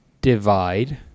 Divide